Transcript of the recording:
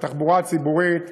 את התחבורה הציבורית.